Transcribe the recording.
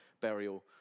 burial